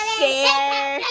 share